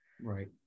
right